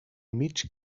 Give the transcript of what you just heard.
mig